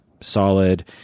solid